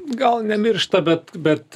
gal nemiršta bet bet